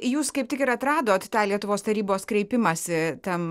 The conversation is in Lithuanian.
jūs kaip tik ir atradot tą lietuvos tarybos kreipimąsi tam